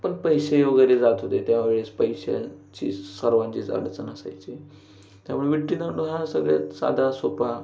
पण पैसेही वगैरे जात होते त्यावेळेस पैशाची सर्वांचीच अडचण असायची त्यामुळे विट्टीदांडू हा सगळ्यात साधा सोपा